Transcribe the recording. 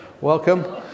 Welcome